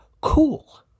cool